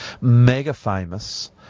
mega-famous